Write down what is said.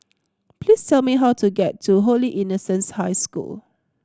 please tell me how to get to Holy Innocents' High School